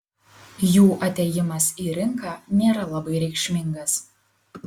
jų atėjimas į rinką nėra labai reikšmingas